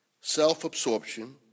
self-absorption